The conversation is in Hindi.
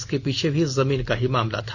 इसके पीछे भी जमीन का ही मामला था